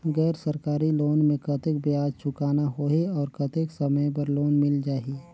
गैर सरकारी लोन मे कतेक ब्याज चुकाना होही और कतेक समय बर लोन मिल जाहि?